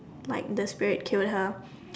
like the spirit killed her